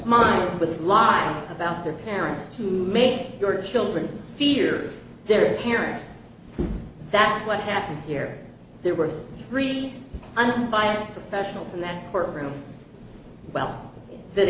minds with lying about their parents to make your children fear their parents that's what happened here there were three unbiased professionals in that room well that